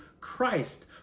Christ